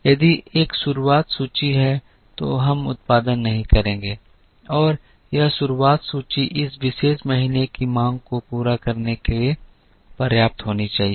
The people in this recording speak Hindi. यदि एक शुरुआत सूची है तो हम उत्पादन नहीं करेंगे और यह शुरुआत सूची इस विशेष महीने की मांग को पूरा करने के लिए पर्याप्त होनी चाहिए